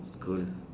cool